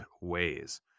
ways